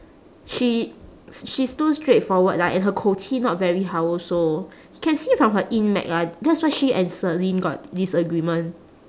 she she's too straightforward like her 口气 not very 好 also can see from her lah that's why she and selene got disagreement